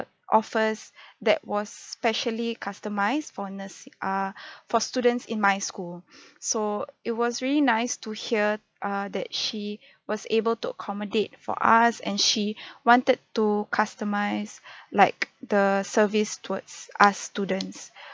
offers that was specially customised for nursing err for students in my school so it was really nice to hear err that she was able to accommodate for us and she wanted to customise like the service towards us students